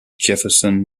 jefferson